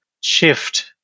shift